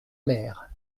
mer